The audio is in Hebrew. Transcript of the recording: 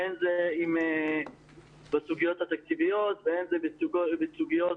הן בסוגיות תקציביות והן בסוגיות